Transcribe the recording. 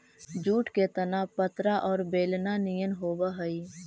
jute के तना पतरा औउर बेलना निअन होवऽ हई